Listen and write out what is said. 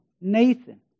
Nathan